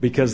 because